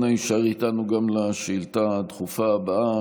אנא הישאר איתנו גם לשאילתה הדחופה הבאה,